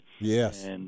Yes